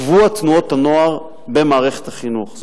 שבוע תנועות הנוער במערכת החינוך,